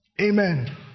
amen